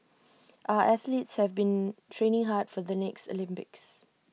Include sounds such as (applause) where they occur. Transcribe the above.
(noise) our athletes have been training hard for the next Olympics